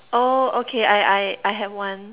oh okay I I I have one